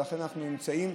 ולכן אנחנו נמצאים